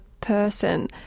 person